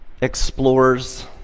explores